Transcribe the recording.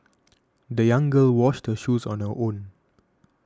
the young girl washed her shoes on her own